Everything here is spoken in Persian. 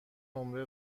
نمره